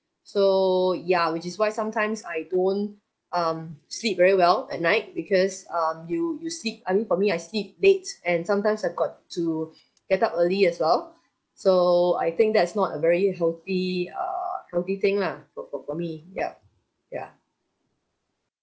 so ya which is why sometimes I don't um sleep very well at night because um you you sleep I mean for me I sleep late and sometimes I've got to get up early as well so I think that's not a very healthy err healthy thing lah for for for me yup ya